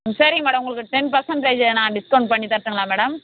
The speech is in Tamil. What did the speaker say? ம் சரிங்க மேடம் உங்களுக்கு டென் பர்சண்டேஜி நான் டிஸ்கவுண்ட் பண்ணி தரட்டுங்களா மேடம்